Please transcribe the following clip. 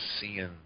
seeing